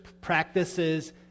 practices